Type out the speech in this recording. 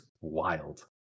wild